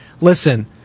listen